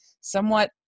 somewhat